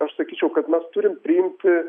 aš sakyčiau kad mes turim priimti